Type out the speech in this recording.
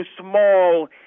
small